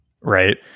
Right